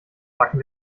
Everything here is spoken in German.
backen